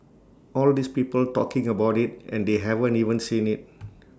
all these people talking about IT and they haven't even seen IT